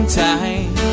time